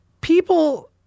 People